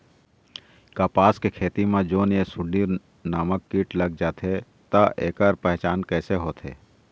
कपास के खेती मा जोन ये सुंडी नामक कीट लग जाथे ता ऐकर पहचान कैसे होथे?